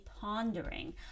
pondering